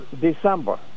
December